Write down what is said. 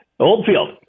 Oldfield